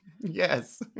Yes